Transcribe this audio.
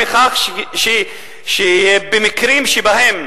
במקרים שבהם